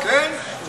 כן.